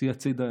אוציא הצידה